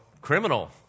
criminal